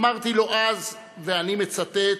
אמרתי לו אז, ואני מצטט,